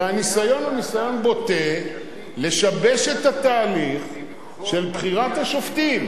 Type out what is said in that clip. הרי הניסיון הוא ניסיון בוטה לשבש את התהליך של בחירת השופטים.